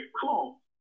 cool